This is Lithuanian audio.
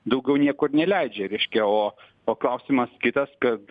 daugiau nieko ir neleidžia reiškia o o klausimas kitas kad